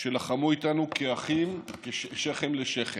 שלחמו איתנו כאחים, שכם לשכם.